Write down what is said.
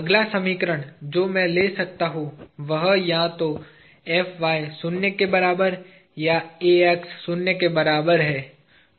अगला समीकरण जो मैं ले सकता हूं वह या तो शून्य के बराबर या शून्य के बराबर है